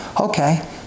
Okay